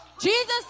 Jesus